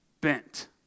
bent